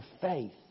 faith